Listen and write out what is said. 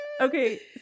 Okay